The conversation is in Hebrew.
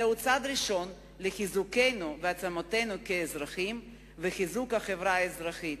זהו צעד ראשון לחיזוקנו ולהעצמתנו כאזרחים ולחיזוק החברה האזרחית,